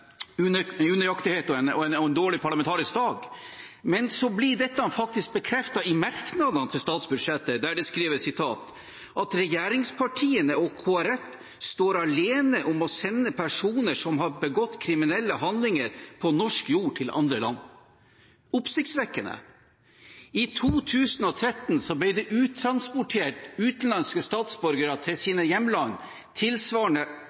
unøyaktighet og en dårlig parlamentarisk dag, men så blir dette faktisk bekreftet i merknadene til statsbudsjettet, der det skrives: «regjeringspartiene og Kristelig Folkeparti står alene om å sende personer som har begått kriminelle handlinger på norsk jord, til andre land for å sone.» Oppsiktsvekkende! I 2013 ble det uttransportert utenlandske statsborgere til sine hjemland tilsvarende